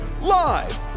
Live